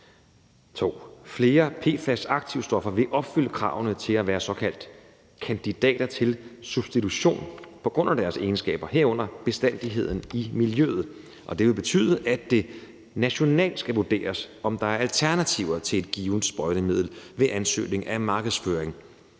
2: Flere PFAS-aktivstoffer vil opfylde kravene til at være såkaldte kandidater til substitution på grund af deres egenskaber, herunder bestandigheden i miljøet, og det vil betyde, at det nationalt skal vurderes, om der er alternativer til et givent sprøjtemiddel ved ansøgning af markedsføring,